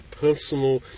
personal